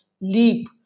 leap